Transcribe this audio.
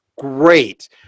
Great